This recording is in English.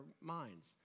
minds